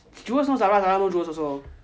jewels know zara zara knows jewels also